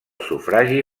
sufragi